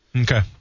Okay